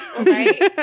Right